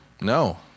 No